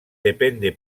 depende